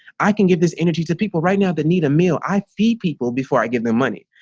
i can give this energy to people right now that need a meal, i feed people before i give them money.